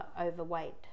overweight